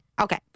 Okay